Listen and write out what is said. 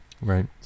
Right